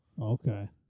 Okay